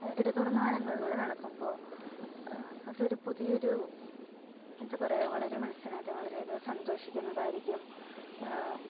ഇടതൂർന്ന വനങ്ങളിലൂടെ നടക്കുമ്പോൾ അതൊരു പുതിയൊരു എന്താ പറയുക വളരെ മനസ്സിനത് വളരെയധികം സന്തോഷിക്കുന്നതായിരിക്കും